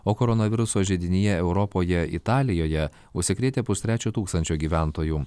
o koronaviruso židinyje europoje italijoje užsikrėtę pustrečio tūkstančio gyventojų